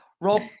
Rob